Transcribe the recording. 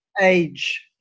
age